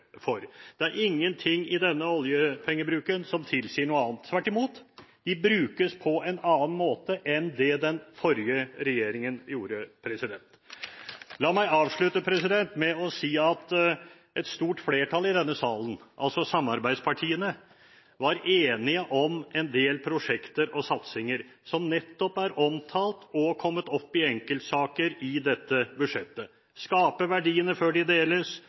for. Det er ingenting i denne oljepengebruken som tilsier noe annet. Tvert imot – oljepengene brukes på en annen måte enn det den forrige regjeringen gjorde. La meg avslutte med å si at et stort flertall i denne sal, altså samarbeidspartiene, var enige om en del prosjekter og satsinger som nettopp er omtalt og har kommet opp i enkeltsaker i dette budsjettet: skape verdiene før de deles,